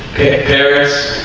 hey paris